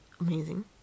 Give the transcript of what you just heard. amazing